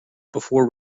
before